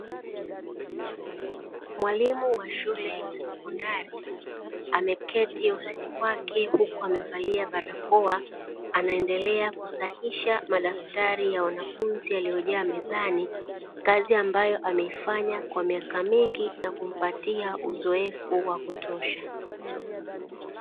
Mwalimu wa shule ya sekondari ameketi ofisini kwake huku amevaa barakoa, anaendelea kusahihisha madaftari ya wanafunzi yaliyojaza mezani, kazi ambayo ameifanya kwa miaka mingi na kumpatia uzoefu wa kutosha.